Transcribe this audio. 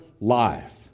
life